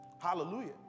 Hallelujah